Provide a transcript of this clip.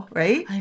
right